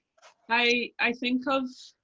i i think of,